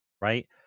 right